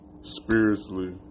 spiritually